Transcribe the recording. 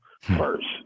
first